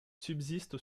subsiste